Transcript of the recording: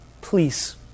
Please